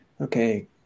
okay